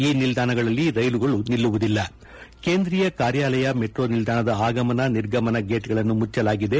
ಈ ನಿಲ್ದಾಣಗಳಲ್ಲಿ ರೈಲುಗಳು ನಿಲ್ಲುವುದಿಲ್ಲ ಕೇಂದ್ರೀಯ ಕಾರ್ಯಾಲಯ ಮೆಟ್ರೋ ನಿಲ್ಲಾಣದ ಆಗಮನ ನಿರ್ಗಮನ ಗೇಟ್ಗಳನ್ನು ಮುಚ್ಚಲಾಗಿದೆ